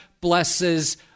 blesses